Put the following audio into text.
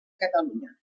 catalunya